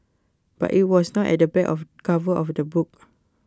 but IT was not at the back of cover of the book